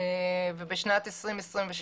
בשנת 2026